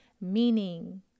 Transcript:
Meaning